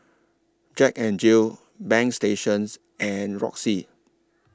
Jack N Jill Bagstationz and Roxy